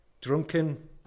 drunken